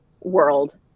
world